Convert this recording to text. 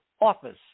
Office